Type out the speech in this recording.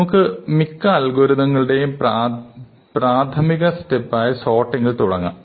നമുക്ക് മിക്ക അൽഗോരിതങ്ങളുടെയും പ്രാഥമിക സ്റ്റെപ്പായ സോർട്ടിങ്ങിൽ തുടങ്ങാം